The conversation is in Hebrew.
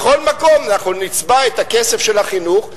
בכל מקום אנחנו נצבע את הכסף של החינוך,